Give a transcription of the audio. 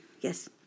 Yes